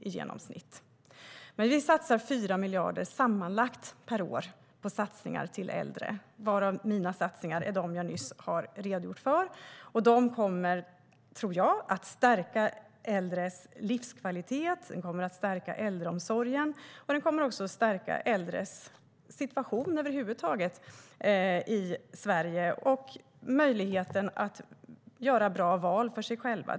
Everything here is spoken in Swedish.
Vi satsar sammanlagt 4 miljarder per år på äldre. Mina satsningar redogjorde jag nyss för, och de kommer att stärka äldres livskvalitet, äldreomsorgen och äldres situation i Sverige över huvud taget och möjligheten för dem att göra bra val för sig själva.